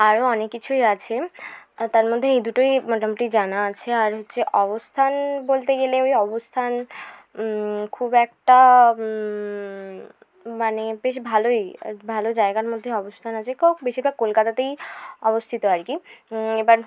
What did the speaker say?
আরো অনেক কিছুই আছে তার মধ্যে এই দুটোই মোটামুটি জানা আছে আর হচ্ছে অবস্থান বলতে গেলে ওই অবস্থান খুব একটা মানে বেশ ভালোই আর ভালো জায়গার মধ্যে অবস্থান আছে যে কেউ বেশিরভাগ কলকাতাতেই অবস্থিত আর কি এবার